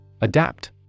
Adapt